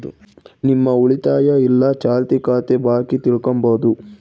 ನಿಮ್ಮ ಉಳಿತಾಯ ಇಲ್ಲ ಚಾಲ್ತಿ ಖಾತೆ ಬಾಕಿ ತಿಳ್ಕಂಬದು